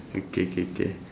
okay K K